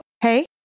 hey